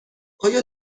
آیا